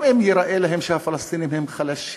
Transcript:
גם אם ייראה להם שהפלסטינים הם חלשים,